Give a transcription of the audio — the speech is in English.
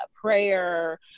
prayer